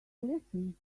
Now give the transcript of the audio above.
listen